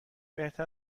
بهتر